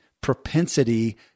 propensity